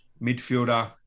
midfielder